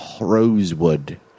Rosewood